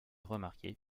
remarqué